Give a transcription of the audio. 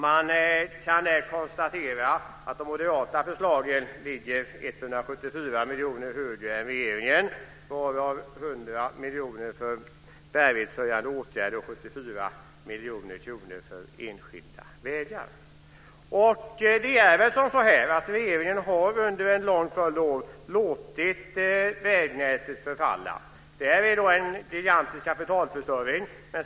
Man kan konstatera att de moderata förslagen ligger 174 miljoner högre än regeringens. Vi har 100 Regeringen har under en lång följd av år låtit vägnätet förfalla. Det är en gigantisk kapitalförstöring.